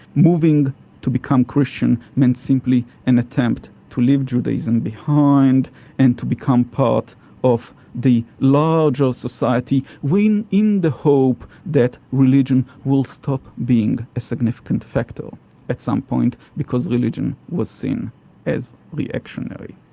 moving to become christian meant simply an attempt to leave judaism behind and to become part of the larger society, when in the hope that religion will stop being a significant factor at some point, because religion was seen as reactionary.